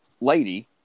lady